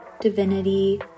divinity